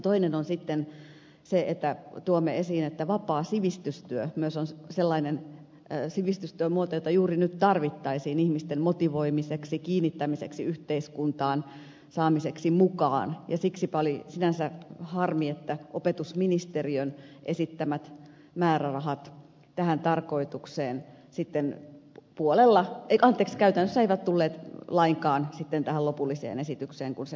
toinen on sitten se että tuomme esiin että vapaa sivistystyö myös on sellainen sivistystyömuoto jota juuri nyt tarvittaisiin ihmisten motivoimiseksi kiinnittämiseksi yhteiskuntaan saamiseksi mukaan ja siksipä oli sinänsä harmi että opetusministeriön esittämät määrärahat tähän tarkoitukseen käytännössä eivät tulleet lainkaan sitten tähän lopulliseen esitykseen kun se valtiovarainministeriön kanssa neuvoteltiin